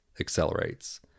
accelerates